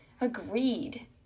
Agreed